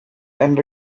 and